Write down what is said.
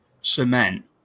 cement